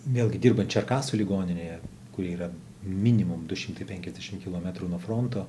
vėlgi dirbant čerkaso ligoninėje kuri yra minimum du šimtai penkiasdešim kilometrų nuo fronto